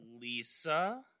Lisa